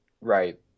right